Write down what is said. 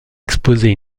exposée